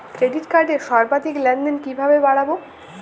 Credit কার্ডের সর্বাধিক লেনদেন কিভাবে বাড়াবো?